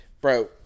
bro